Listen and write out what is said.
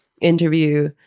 interview